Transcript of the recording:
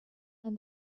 and